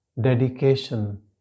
dedication